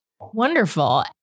wonderful